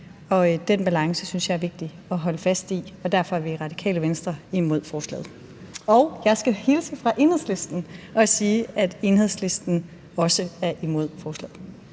jeg det er vigtigt holde fast i. Derfor er vi i Radikale Venstre imod forslaget. Jeg skal hilse fra Enhedslisten og sige, at Enhedslisten også er imod forslaget.